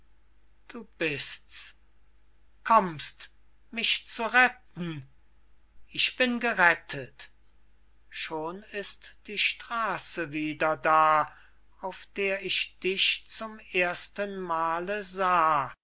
du bist's kommst mich zu retten ich bin gerettet schon ist die straße wieder da auf der ich dich zum erstenmale sah